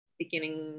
beginning